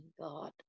God